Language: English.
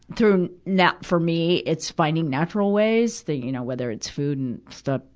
through, now, for me, it's finding natural ways that, you know, whether it's food and stuff.